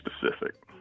specific